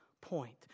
point